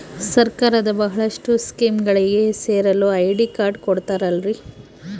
ಸರ್ಕಾರದ ಬಹಳಷ್ಟು ಸ್ಕೇಮುಗಳಿಗೆ ಸೇರಲು ಐ.ಡಿ ಕಾರ್ಡ್ ಕೊಡುತ್ತಾರೇನ್ರಿ?